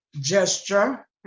gesture